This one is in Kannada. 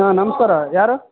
ಹಾಂ ನಮಸ್ಕಾರ ಯಾರು